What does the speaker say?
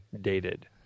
dated